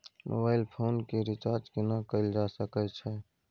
Mobile phone के recharge केना कैल जा सकै छै?